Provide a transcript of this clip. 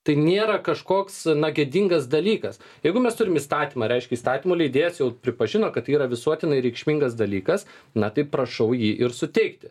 tai nėra kažkoks gėdingas dalykas jeigu mes turim įstatymą reiškia įstatymų leidėjas jau pripažino kad tai yra visuotinai reikšmingas dalykas na tai prašau jį ir suteikti